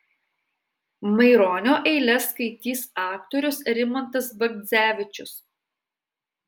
maironio eiles skaitys aktorius rimantas bagdzevičius